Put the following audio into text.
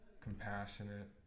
compassionate